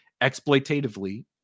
exploitatively